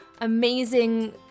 amazing